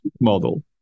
model